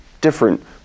different